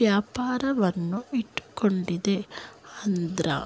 ವ್ಯಾಪಾರವನ್ನು ಇಟ್ಟುಕೊಂಡಿದೆ ಅಂದ್ರು